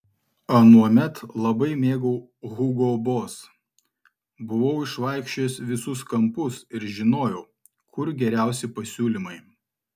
anuomet labai mėgau hugo boss buvau išvaikščiojęs visus kampus ir žinojau kur geriausi pasiūlymai